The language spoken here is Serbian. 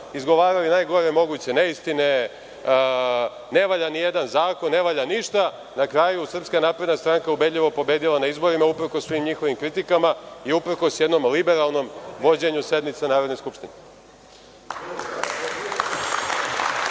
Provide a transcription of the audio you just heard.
izgovarali najgore moguće neistine, ne valja nijedan zakon, ne valja ništa, na kraju SNS je ubedljivo pobedila na izborima uprkos svih njihovim kritikama u uprkos jednom liberalnom vođenju sednice Narodne skupštine.